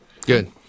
Good